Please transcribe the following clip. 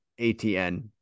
atn